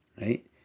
right